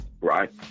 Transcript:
Right